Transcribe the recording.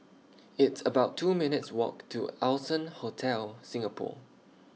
It's about two minutes' Walk to Allson Hotel Singapore